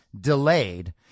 delayed